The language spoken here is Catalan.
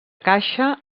caixa